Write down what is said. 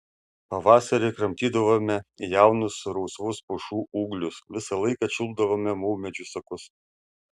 pavasarį kramtydavome jaunus rausvus pušų ūglius visą laiką čiulpdavome maumedžių sakus